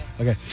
Okay